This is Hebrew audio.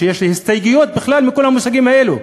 ויש לי הסתייגויות בכלל מכל המושגים האלו.